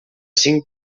cinc